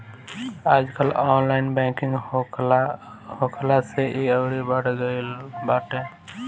आजकल online banking होखला से इ अउरी बढ़ गईल बाटे